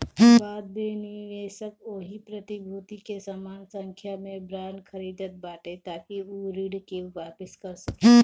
बाद में निवेशक ओही प्रतिभूति के समान संख्या में बांड खरीदत बाटे ताकि उ ऋण के वापिस कर सके